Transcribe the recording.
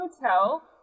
Hotel